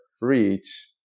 reach